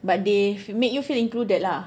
but they make you feel included lah